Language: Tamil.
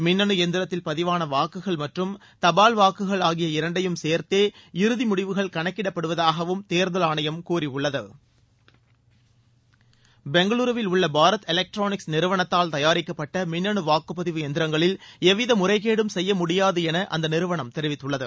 மின்னு எந்திரத்தில் பதிவான வாக்குகள் மற்றும் தபால் வாக்குகள் ஆகிய இரண்டையும் சேர்த்தே இறுதி முடிவுகள் கணக்கிடப்படுவதாகவும் தேர்தல் ஆணையம் கூறியுள்ளது பெங்களுருவில் உள்ள பாரத் எலெக்ட்ரானிக்ஸ் நிறுவனத்தால் தயாரிக்கப்பட்ட மின்னணு வாக்குப்பதிவு எந்திரங்களில் எவ்வித முறைகேடும் செய்ய முடியாது என அந்த நிறுவனம் தெரிவித்துள்ளது